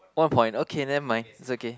one point okay never mind it's okay